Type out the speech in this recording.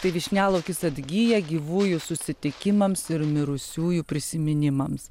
tai vyšnialaukis atgyja gyvųjų susitikimams ir mirusiųjų prisiminimams